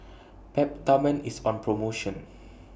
Peptamen IS on promotion